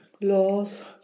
laws